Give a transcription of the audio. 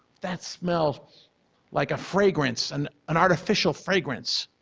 that smells like a fragrance, and an artificial fragrance,